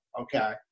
okay